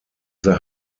the